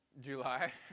July